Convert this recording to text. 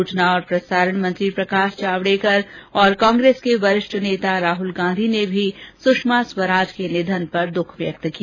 सुचना और प्रसारण मंत्री प्रकाश जावड़ेकर और कांग्रेस के वरिष्ठ नेता राहुल गांधी ने भी सुषमा स्वराज के निधन पर दुख व्यक्त किया